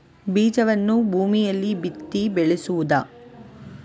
ಬೀಜವನ್ನು ಭೂಮಿಯಲ್ಲಿ ಬಿತ್ತಿ ಬೆಳೆಸುವುದಾ?